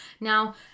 Now